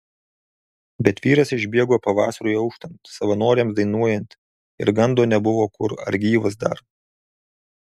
bet vyras išbėgo pavasariui auštant savanoriams dainuojant ir gando nebuvo kur ar gyvas dar